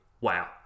wow